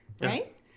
right